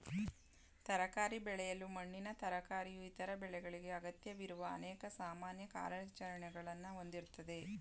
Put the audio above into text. ತರಕಾರಿ ಬೆಳೆಯಲು ಮಣ್ಣಿನ ತಯಾರಿಕೆಯು ಇತರ ಬೆಳೆಗಳಿಗೆ ಅಗತ್ಯವಿರುವ ಅನೇಕ ಸಾಮಾನ್ಯ ಕಾರ್ಯಾಚರಣೆಗಳನ್ನ ಹೊಂದಿರ್ತದೆ